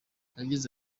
yagize